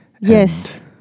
Yes